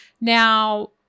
Now